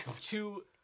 two